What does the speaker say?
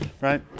right